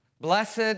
Blessed